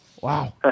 wow